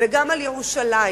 וגם על ירושלים.